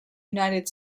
united